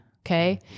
Okay